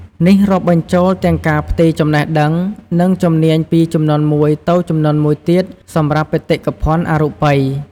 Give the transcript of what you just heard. នេះរាប់បញ្ចូលទាំងការផ្ទេរចំណេះដឹង និងជំនាញពីជំនាន់មួយទៅជំនាន់មួយទៀតសម្រាប់បេតិកភណ្ឌអរូបី។